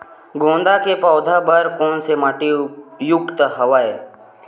गेंदा के पौधा बर कोन से माटी उपयुक्त हवय?